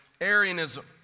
Arianism